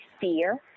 fear